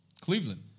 Cleveland